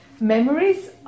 memories